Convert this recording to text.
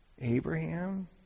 Abraham